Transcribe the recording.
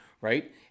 Right